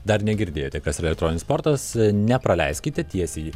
dar negirdėjote kas yra elektroninis sportas nepraleiskite tiesiai